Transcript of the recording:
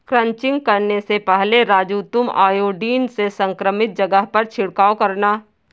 crutching करने से पहले राजू तुम आयोडीन से संक्रमित जगह पर छिड़काव करना